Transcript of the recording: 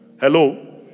Hello